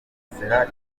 bugesera